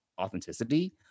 authenticity